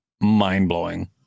mind-blowing